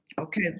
Okay